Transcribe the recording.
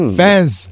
fans